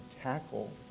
tackle